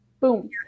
Boom